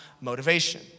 motivation